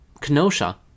Kenosha